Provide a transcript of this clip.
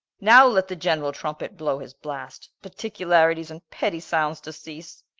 now let the generall trumpet blow his blast, particularities, and pettie sounds to cease.